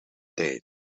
tijd